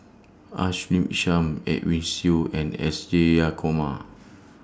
Ashley Isham Edwin Siew and S Jayakumar